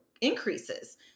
increases